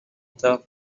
their